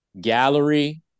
gallery